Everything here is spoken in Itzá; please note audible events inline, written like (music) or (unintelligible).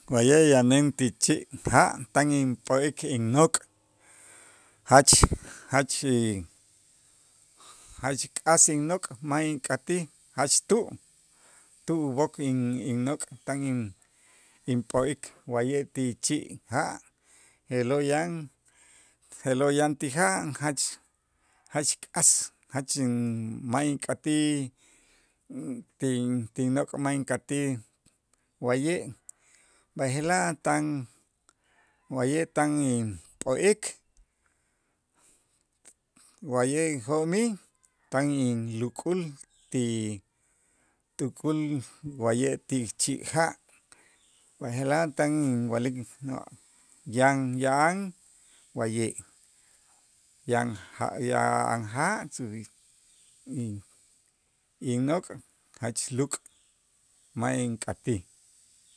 Wa'ye' yanen ti chi' ja' tan inp'o'ik innok' jach jach y jach k'as innok' ma' ink'atij jach tu', tu' ub'ok innok' tan in- inp'o'ik wa'ye' ti chi' ja' je'lo' yan je'lo' yan ti ja' jach jach k'as jach (hesitation) ma' ink'atij tin- tinnok' ma' ink'atij wa'ye', b'aje'laj tan wa'ye' tan inp'o'ik wa'ye' jo'mij tan inluk'ul ti tukul wa'ye' ti chi' ja', b'aje'laj tan inwa'lik (unintelligible) yan yan wa'ye' yan ja' yan ja' y innok' jach luk' ma' ink'atij.